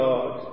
God